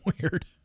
weird